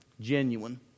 genuine